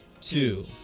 Two